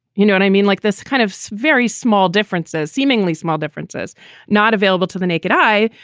you know, and i mean, like this kind of very small differences, seemingly small differences not available to the naked eye,